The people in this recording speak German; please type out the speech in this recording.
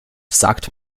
sagt